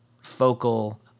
focal